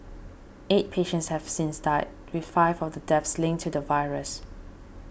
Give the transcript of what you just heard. eight patients have since died with five of the deaths linked to the virus